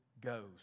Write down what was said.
goes